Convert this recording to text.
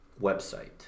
Website